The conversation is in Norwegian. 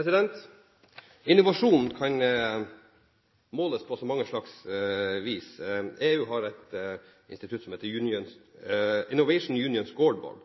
klar. Innovasjon kan måles på mange slags måter. EU har et institutt som heter «Innovation Union Scoreboard»